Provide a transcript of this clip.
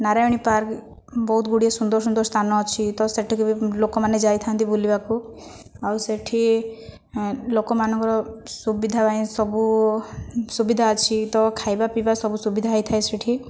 Narayani park ବହୁତଗୁଡ଼ିଏ ସୁନ୍ଦର ସୁନ୍ଦର ସ୍ଥାନ ଅଛି ତ ସେଠିକି ବି ଲୋକମାନେ ଯାଇଥାନ୍ତି ବୁଲିବାକୁ ଆଉ ସେଠି ଲୋକମାନଙ୍କର ସୁବିଧା ପାଇଁ ସବୁ ସୁବିଧା ଅଛି ତ ଖାଇବା ପିଇବା ସବୁ ସୁବିଧା ହୋଇଥାଏ ସେଠି